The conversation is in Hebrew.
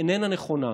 איננה נכונה.